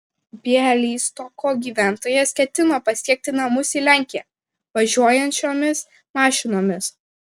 bialystoko gyventojas ketino pasiekti namus į lenkiją važiuojančiomis mašinomis